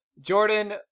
Jordan